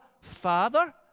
father